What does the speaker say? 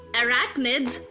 arachnids